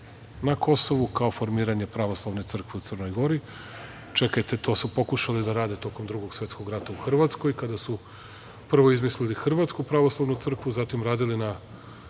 na Kosovu, kao formiranje Pravoslavne crkve u Crnoj Gori, čekajte to su pokušali da rade tokom Drugog svetskog rata u Hrvatskoj, kada su prvo izmislili Hrvatsku pravoslavnu crkvu, zatim radili na